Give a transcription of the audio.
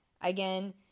Again